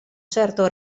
certo